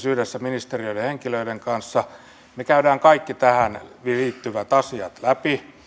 yhdessä ministeriöiden henkilöiden kanssa me käymme kaikki tähän liittyvät asiat läpi